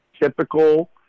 typical